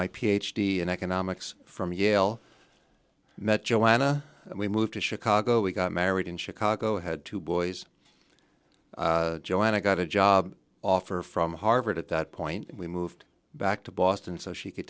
d in economics from yale met joanna we moved to chicago we got married in chicago had two boys joanna got a job offer from harvard at that point and we moved back to boston so she could